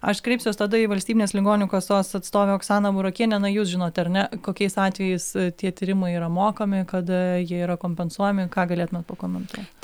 aš kreipsiuos tada į valstybinės ligonių kasos atstovę oksaną burokienę na jūs žinot ar ne kokiais atvejais tie tyrimai yra mokami kada jie yra kompensuojami ką galėtumėt pakomentuot